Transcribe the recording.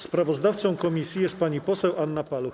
Sprawozdawcą komisji jest pani poseł Anna Paluch.